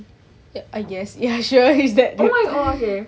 oh my oh okay